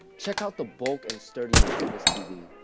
check out the bulk and sturdiness of this tv.